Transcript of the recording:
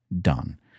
done